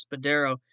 Spadero